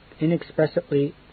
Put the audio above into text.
inexpressibly